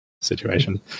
situation